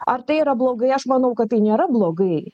ar tai yra blogai aš manau kad tai nėra blogai